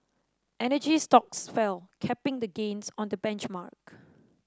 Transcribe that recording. energy stocks fell capping the gains on the benchmark